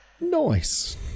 Nice